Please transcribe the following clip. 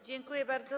Dziękuję bardzo.